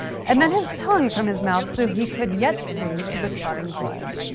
and then his tongue from his mouth, so he could yet scream through the clotting blood.